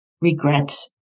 regrets